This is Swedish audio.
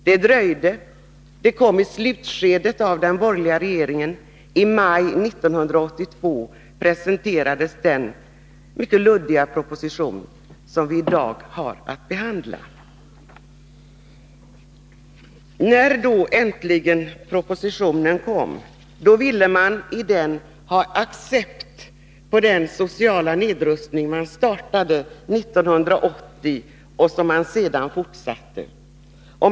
Det dröjde — det kom i slutskedet av den borgerliga regeringstiden; i maj 1982 presenterades den mycket luddiga proposition som vi i dag har att behandla. När då äntligen propositionen kom ville man ha accept på den sociala nedrustning man startade 1980 och som man sedan fortsatte.